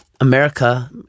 America